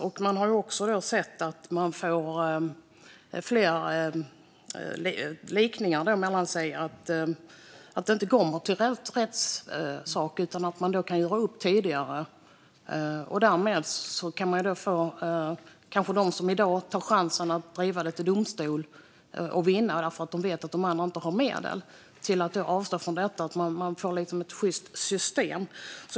Det har resulterat i fler förlikningar och att frågor inte går vidare till att bli en rättssak. Man gör upp tidigare, och därmed kan de som tar chansen att driva sina frågor till domstol vinna därför att de vet att de andra inte har medel. Det ska bli ett sjyst system.